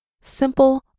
Simple